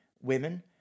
women